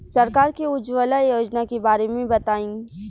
सरकार के उज्जवला योजना के बारे में बताईं?